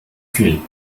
viel